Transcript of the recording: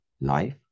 life